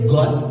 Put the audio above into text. God